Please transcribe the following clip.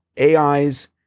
AIs